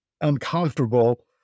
uncomfortable